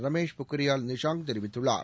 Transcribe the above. ரமேஷ் பொன்ரியால் நிஷாங் தெரிவித்துள்ளார்